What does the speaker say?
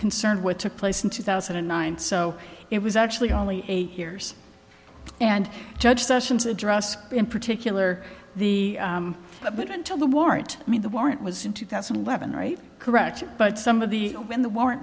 concerned what took place in two thousand and nine so it was actually only eight years and judge sessions address in particular the but until the warrant i mean the warrant was in two thousand and eleven right correct but some of the when the war